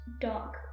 dark